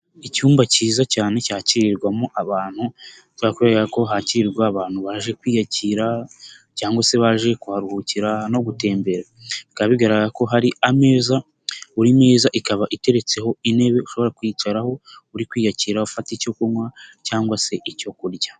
Icyumba cyiza cyane cyakirirwamo abantu kubera ko bigaragara ko hakirwa abantu baje kwiyakira cyangwa se baje kuharuhukira no gutembera bikaba bigaragara ko hari ameza buri meza ikaba iteretseho intebe ushobora kwicaraho uri kwiyakira ufata icyo kunywa cyangwa se icyo kurya.